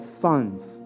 sons